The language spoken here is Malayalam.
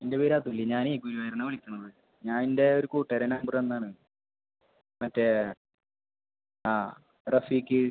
എൻ്റെ പേര് അതുൽ ഞാൻ ഗുരുവായൂരിൽ നിന്ന് വിളിക്കുന്നത് ഞാൻ എൻ്റെ ഒരു കൂട്ടുകാരൻ നമ്പർ തന്നതാണ് മറ്റേ ആ റഫീക്ക്